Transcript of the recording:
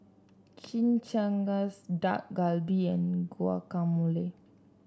Chimichangas Dak Galbi and Guacamole